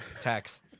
Tax